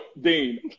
Dean